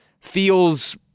feels